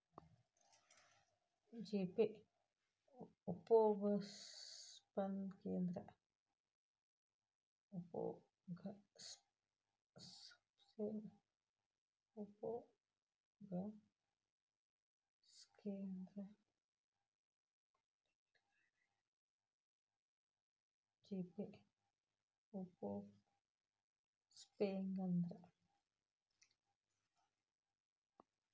GPay ಉಪ್ಯೊಗಸ್ಬೆಕಂದ್ರ credit card ಇಲ್ಲಾ debit card ಇರಬಕು